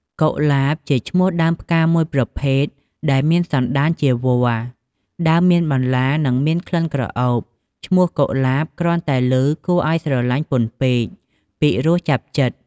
កុលាប ជាឈ្មោះដើមផ្កាមួយប្រភេទដែលមានសន្តានជាវល្លិ ដើមមានបន្លា និងមានក្លិនក្រអូប។ ឈ្មោះកុលាប គ្រាន់តែឮគួរឱ្យស្រឡាញ់ពន់ពេក ពីរោះចាប់ចិត្ត ។